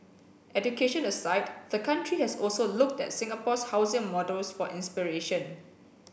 education aside the country has also looked at Singapore's housing models for inspiration